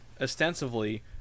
ostensibly